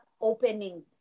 opening